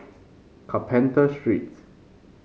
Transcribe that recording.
Carpenter Street